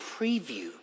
preview